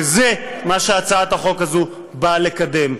וזה מה שהצעת החוק הזאת באה לקדם.